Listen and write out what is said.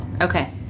Okay